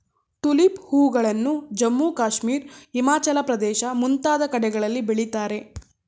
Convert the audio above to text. tulip ಹೂಗಳನ್ನು ಜಮ್ಮು ಕಾಶ್ಮೀರ, ಹಿಮಾಚಲ ಪ್ರದೇಶ ಮುಂತಾದ ಕಡೆಗಳಲ್ಲಿ ಬೆಳಿತಾರೆ